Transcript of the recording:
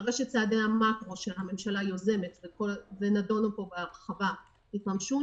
אחרי שצעדי המקרו שהממשלה יוזמת ונידונו פה בהרחבה יתממשו,